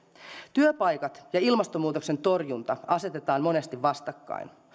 työpaikat ja ilmastonmuutoksen torjunta asetetaan monesti vastakkain